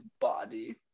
Body